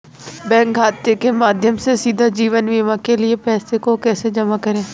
Bank खाते के माध्यम से सीधे जीवन बीमा के लिए पैसे को कैसे जमा करें?